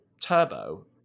Turbo